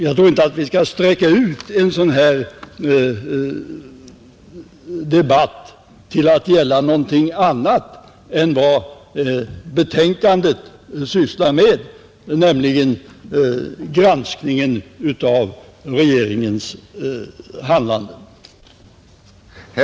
Jag tror inte vi skall sträcka ut denna debatt till att gälla något annat än vad utskottets betänkande sysslar med, nämligen granskning av regeringens handlande,